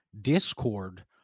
Discord